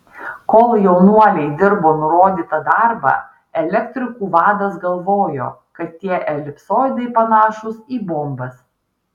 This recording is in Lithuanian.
kol jaunuoliai dirbo nurodytą darbą elektrikų vadas galvojo kad tie elipsoidai panašūs į bombas